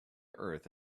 earth